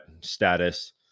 status